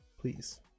please